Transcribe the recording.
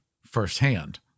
firsthand